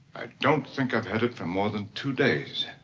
don't think i've had it for more than two days.